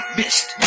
missed